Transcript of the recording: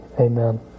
Amen